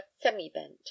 semi-bent